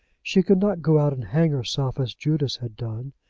she could not go out and hang herself as judas had done.